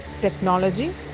technology